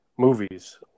Movies